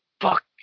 Fuck